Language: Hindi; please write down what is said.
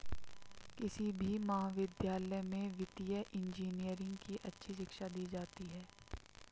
किसी भी विश्वविद्यालय में वित्तीय इन्जीनियरिंग की अच्छी शिक्षा दी जाती है